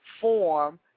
form